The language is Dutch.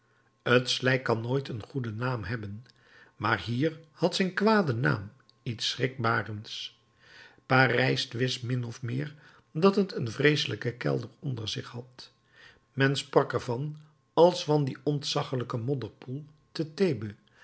het slijk kan nooit een goeden naam hebben maar hier had zijn kwade naam iets schrikbarends parijs wist min of meer dat het een vreeselijken kelder onder zich had men sprak ervan als van dien ontzaggelijken modderpoel te thebe